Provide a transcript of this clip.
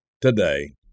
Today